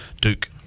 duke